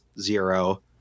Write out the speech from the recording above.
Zero